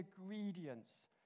ingredients